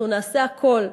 אנחנו נעשה הכול,